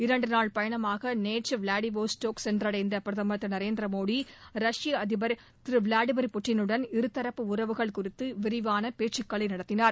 இரண்டு நாள் பயணமாக நேற்று விளாடிவொஸ்தக் சென்றடைந்த பிரதமா் திரு நரேந்திர மோடி ரஷ்ய அதிபர் திரு விளாடிமிர் புட்டினுடன் இருதரப்பு உறவுகள் குறித்து விரிவான பேச்சுகளை நடத்தினார்